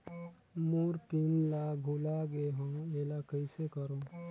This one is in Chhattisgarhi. मोर पिन ला भुला गे हो एला कइसे करो?